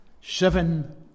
Seven